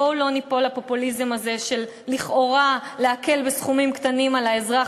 בואו לא ניפול לפופוליזם הזה של לכאורה להקל בסכומים קטנים על האזרח,